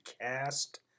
cast